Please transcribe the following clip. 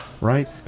Right